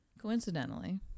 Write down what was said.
coincidentally